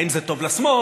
האם זה טוב לשמאל?